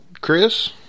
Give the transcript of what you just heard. Chris